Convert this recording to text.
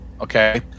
Okay